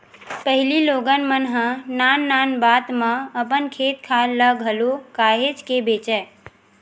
पहिली लोगन मन ह नान नान बात म अपन खेत खार ल घलो काहेच के बेंचय